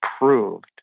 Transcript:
approved